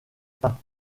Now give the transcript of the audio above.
pins